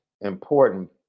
important